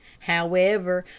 however,